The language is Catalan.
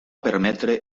permetre